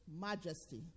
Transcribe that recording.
majesty